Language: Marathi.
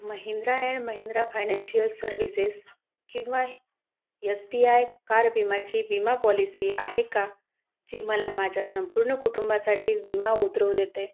Mahindra and Mahindra financial services किंवा यस बी आय कार विमाची विमा पॉलिसी आहे का जी मला माझ्या संपूर्ण कुटुंबासाठी विमा उतरवू देते